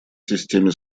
системе